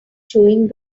chewing